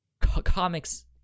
comics